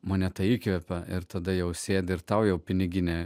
mane tai įkvepia ir tada jau sėdi ir tau jau piniginę